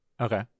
Okay